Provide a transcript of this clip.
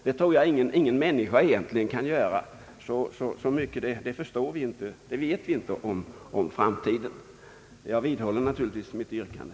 Det tror jag ingen kan göra, ty så mycket vet vi inte om framtiden. Jag vidhåller mitt yrkande.